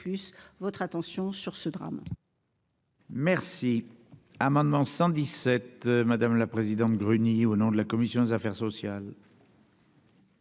plus votre attention sur ce drame.